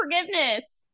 forgiveness